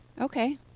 Okay